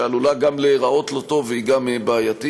שעלולה גם להיראות לא טוב והיא גם בעייתית.